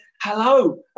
hello